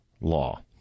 law